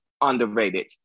underrated